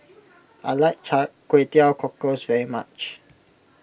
I like Kway Teow Cockles very much